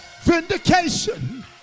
Vindication